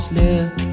look